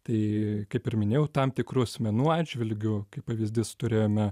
tai kaip ir minėjau tam tikrų asmenų atžvilgiu kaip pavyzdys turėjome